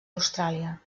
austràlia